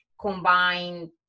combine